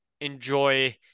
enjoy